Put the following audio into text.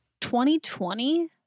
2020